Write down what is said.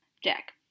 Jack